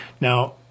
now